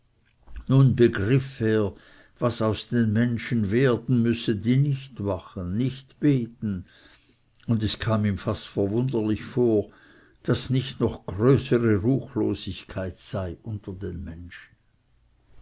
nun begriff er was aus den menschen werden müsse die nicht wachen nicht beten und es kam ihm fast verwunderlich vor daß nicht noch größere ruchlosigkeit sei unter den menschen